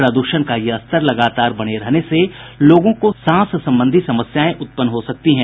प्रदूषण का यह स्तर लगातार बने रहने से लोगों को सांस संबंधी समस्याएं उत्पन्न हो सकती हैं